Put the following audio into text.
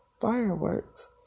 fireworks